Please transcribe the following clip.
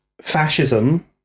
fascism